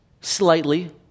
slightly